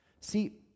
See